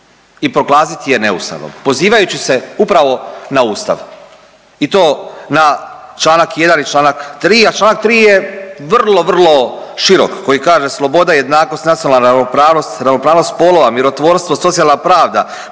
i proglasit je neustavnom, pozivajući se upravo na Ustav i to na čl. 1. i čl. 3., a čl. 3. je vrlo, vrlo širok koji kaže „Sloboda, jednakost, nacionalna ravnopravnost, ravnopravnost spolova, mirotvorstvo, socijalna pravda,